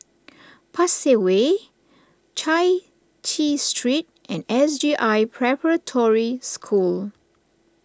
Pasir Way Chai Chee Street and S J I Preparatory School